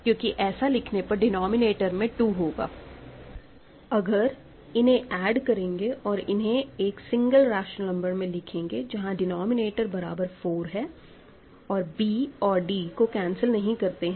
क्योंकि ऐसा लिखने पर डिनॉमिनेटर में 2 होगा अगर इन्हे ऐड करेंगे और इन्हें एक सिंगल रेशनल नंबर में लिखेंगे जहां डिनॉमिनेटर बराबर 4 है और b और d 2 को कैंसिल नहीं करते हैं